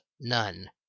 none